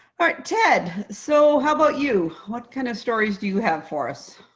right, ted, so how about you? what kind of stories do you have for us?